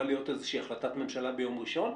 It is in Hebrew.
להיות איזושהי החלטת ממשלה ביום ראשון?